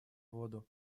воду